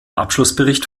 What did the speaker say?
abschlussbericht